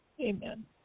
Amen